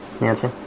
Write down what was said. Nancy